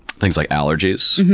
things like allergies,